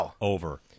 over